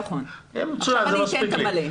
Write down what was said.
מצוין, זה מספיק לי.